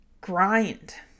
grind